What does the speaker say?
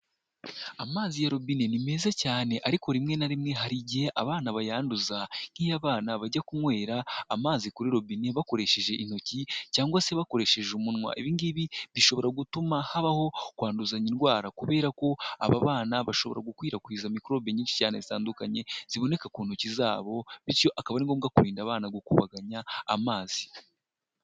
Amazi ya robine ni meza cyane, ariko rimwe na rimwe hari igihe abana bayanduza, nk'iyo abana bajya kunywera amazi kuri robine bakoresheje intoki, cyangwa se bakoresheje umunwa. Ibi ngibi bishobora gutuma habaho kwanduzanya indwara, kubera ko aba bana bashobora gukwirakwiza mikorobe nyinshi cyane zitandukanye, ziboneka ku ntoki zabo; bityo akaba ari ngombwa kurinda abana gukubaganya amazi.